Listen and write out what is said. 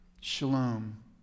Shalom